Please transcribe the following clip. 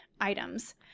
items